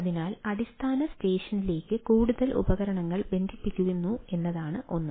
അതിനാൽ അടിസ്ഥാന സ്റ്റേഷനിലേക്ക് കൂടുതൽ ഉപകരണങ്ങൾ ബന്ധിപ്പിച്ചിരിക്കുന്നു എന്നതാണ് ഒന്ന്